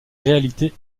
réalités